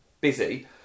busy